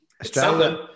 Australia